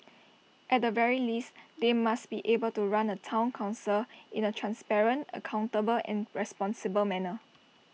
at the very least they must be able to run A Town Council in A transparent accountable and responsible manner